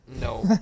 No